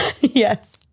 Yes